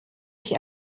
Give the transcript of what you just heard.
ich